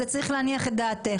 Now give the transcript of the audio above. אז זה צריך להניח את דעתך.